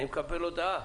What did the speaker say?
אני מקבל הודעה